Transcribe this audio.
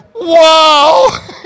Wow